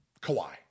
Kawhi